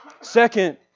Second